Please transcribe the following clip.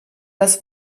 das